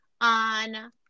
on